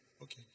Okay